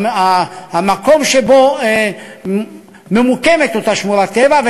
המקום שבו ממוקמת אותה שמורת טבע,